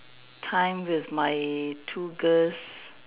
time with my two girls